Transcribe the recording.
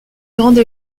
grande